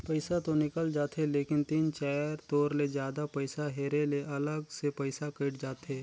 पइसा तो निकल जाथे लेकिन तीन चाएर तोर ले जादा पइसा हेरे ले अलग से पइसा कइट जाथे